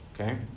Okay